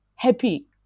happy